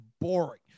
boring